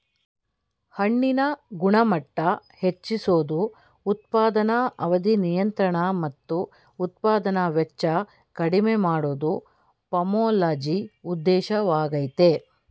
ಹಣ್ಣಿನ ಗುಣಮಟ್ಟ ಹೆಚ್ಚಿಸೋದು ಉತ್ಪಾದನಾ ಅವಧಿ ನಿಯಂತ್ರಣ ಮತ್ತು ಉತ್ಪಾದನಾ ವೆಚ್ಚ ಕಡಿಮೆ ಮಾಡೋದು ಪೊಮೊಲಜಿ ಉದ್ದೇಶವಾಗಯ್ತೆ